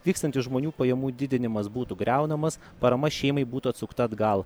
vykstantis žmonių pajamų didinimas būtų griaunamas parama šeimai būtų atsukta atgal